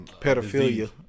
Pedophilia